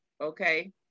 okay